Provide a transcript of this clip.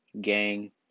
gang